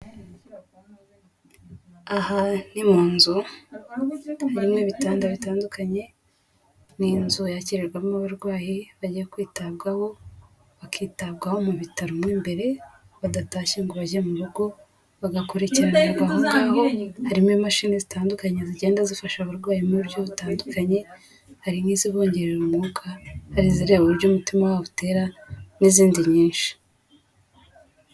Aha ni mu nzu, harimo ibitanda bitandukanye, ni inzu yakirirwamo abarwayi bagiye kwitabwaho, bakitabwaho mu bitaro mo imbere badatashye ngo bajye mu rugo, bagakurikiranirwa aho ngaho, harimo imashini zitandukanye zigenda zifasha abarwayi mu buryo butandukanye, hari nk'izibongerera umwuka, hari izireba uburyo umutima wabo utera n'izindi nyinshi.